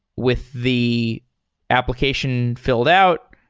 with the application fi lled out.